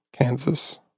Kansas